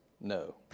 no